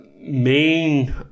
main